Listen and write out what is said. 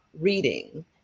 reading